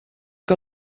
que